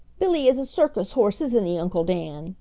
billy is a circus horse, isn't he, uncle dan